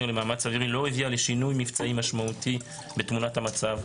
למאמץ האווירי לא הביא לשינוי מבצעי משמעותי בתמונת המצב,